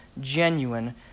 genuine